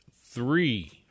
three